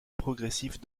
progressive